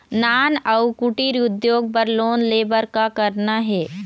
नान अउ कुटीर उद्योग बर लोन ले बर का करना हे?